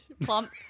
Plump